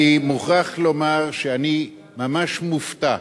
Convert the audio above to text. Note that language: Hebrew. אני מוכרח לומר שאני ממש מופתע.